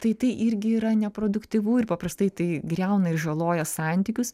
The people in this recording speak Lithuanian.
tai tai irgi yra neproduktyvu ir paprastai tai griauna ir žaloja santykius